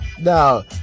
now